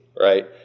right